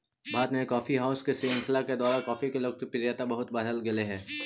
भारत में coffee house के श्रृंखला के द्वारा कॉफी के लोकप्रियता बहुत बढ़बल गेलई हे